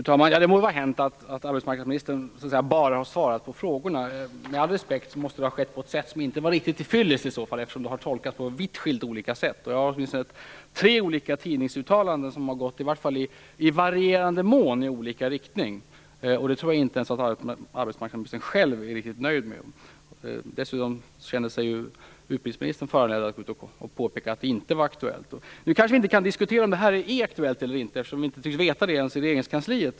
Fru talman! Det må vara hänt att arbetsmarknadsministern bara har svarat på frågor. Det måste, med all respekt, ha skett på ett sätt som inte var helt till fyllest, eftersom det har tolkats på vitt olika sätt. Jag har sett åtminstone tre olika tidningsuttalanden som i varierande mån har gått i olika riktning. Det tror jag inte att arbetsmarknadsministern själv är riktigt nöjd med. Dessutom kände sig ju utbildningsministern föranledd att gå ut och påpeka att det inte var aktuellt. Nu kan vi kanske inte diskutera om detta är aktuellt eller inte, eftersom man inte tycks veta det ens i regeringskansliet.